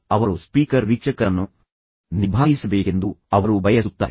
ಅವರು ಸ್ಪೀಕರ್ ವೀಕ್ಷಕರನ್ನು ನಿಭಾಯಿಸಬೇಕೆಂದು ಅವರು ಬಯಸುತ್ತಾರೆ